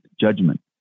judgment